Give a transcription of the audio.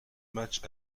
matches